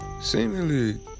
Seemingly